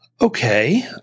Okay